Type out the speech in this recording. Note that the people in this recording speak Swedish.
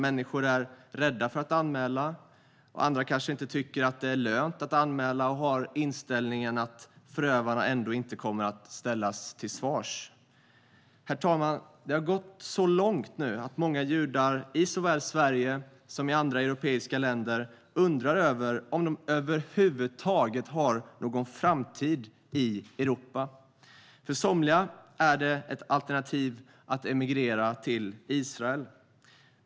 Människor är ju rädda för att anmäla, och andra kanske inte tycker att det är lönt att anmäla och har inställningen att förövarna ändå inte kommer att ställas till svars. Herr talman! Det har gått så långt nu att många judar i såväl Sverige som andra europeiska länder undrar över om de över huvud taget har någon framtid i Europa. För somliga är det ett alternativ att emigrera till Israel.